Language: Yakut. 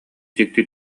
дьикти